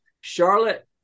Charlotte